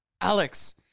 alex